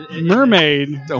Mermaid